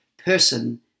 person